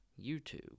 youtube